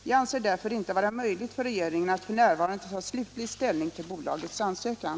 Jag anser det därför inte vara möjligt för regeringen att f.n. ta slutlig ställning till bolagets ansökan.